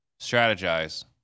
strategize